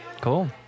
Cool